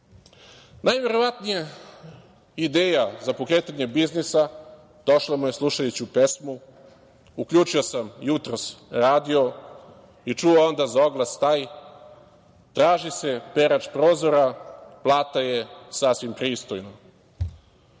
istraživanja. Najverovatnije ideja za pokretanje biznisa došla mu je slušajući pesmu – Uključio sam jutros radio i čuo onda za oglas taj, traži se perač prozora, plata je sasvim pristojna.